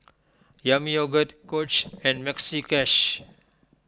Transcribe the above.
Yami Yogurt Coach and Maxi Cash